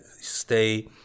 stay